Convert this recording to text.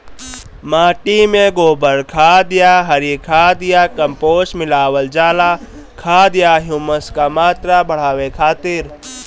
माटी में गोबर खाद या हरी खाद या कम्पोस्ट मिलावल जाला खाद या ह्यूमस क मात्रा बढ़ावे खातिर?